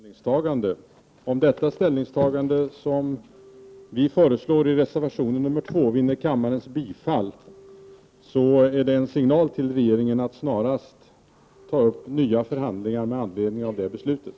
Fru talman! Det är icke innebörden av vårt ställningstagande. Om det ställningstagande som vi föreslår i reservation nr 2 vinner kammarens bifall, är det en signal till regeringen att snarast ta upp nya förhandlingar med anledning av det beslutet.